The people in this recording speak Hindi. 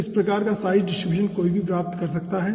तो इस प्रकार का साइज डिस्ट्रीब्यूशन कोई भी प्राप्त कर सकता है